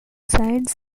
saints